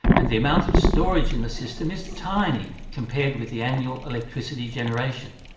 and the amount of storage in the system is tiny compared with the annual electricity generation.